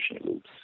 loops